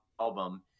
album